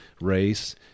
race